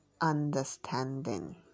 understanding